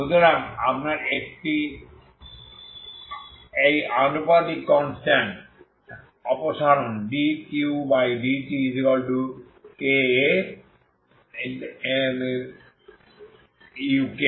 সুতরাং একবার আপনি এই আনুপাতিক কনস্ট্যান্ট অপসারণ dQdtkAuk প্রদর্শিত হয়